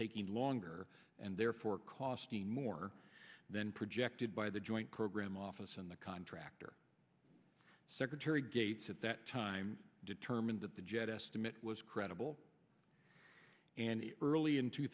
taking longer and therefore costing more than projected by the joint program office and the contractor secretary gates at that time determined that the jet estimate was credible and early in two